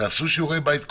תעשו שיעורי בית קודם,